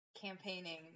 Campaigning